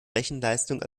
rechenleistung